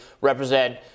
represent